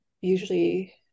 usually